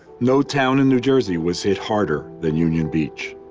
no town in new jersey was hit harder than union beach.